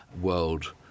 world